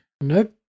Nope